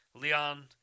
Leon